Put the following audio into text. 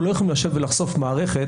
אנחנו לא יכולים לשבת ולחשוף מערכת,